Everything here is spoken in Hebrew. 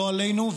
לא עלינו,